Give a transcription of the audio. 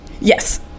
Yes